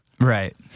Right